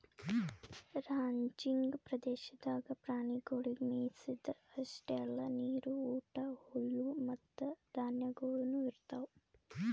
ranching ಪ್ರದೇಶದಾಗ್ ಪ್ರಾಣಿಗೊಳಿಗ್ ಮೆಯಿಸದ್ ಅಷ್ಟೆ ಅಲ್ಲಾ ನೀರು, ಊಟ, ಹುಲ್ಲು ಮತ್ತ ಧಾನ್ಯಗೊಳನು ಇರ್ತಾವ್